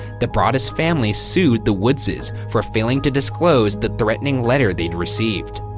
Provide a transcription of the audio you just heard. the broaddus family sued the woods's for failing to disclose the threatening letter they'd received.